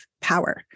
power